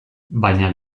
baina